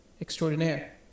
extraordinaire